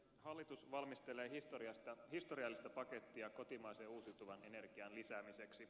hallitus valmistelee historiallista pakettia kotimaisen uusiutuvan energian lisäämiseksi